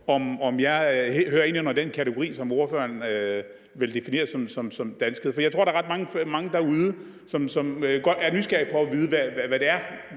Hører jeg ind under den kategori, som ordføreren vil definere som danskhed? Jeg tror, at der er ret mange derude, som er nysgerrige på at vide, hvad det er,